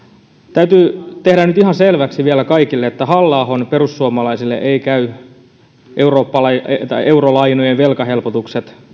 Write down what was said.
täytyy tehdä nyt ihan selväksi vielä kaikille että halla ahon perussuomalaisille eivät käy eurolainojen velkahelpotukset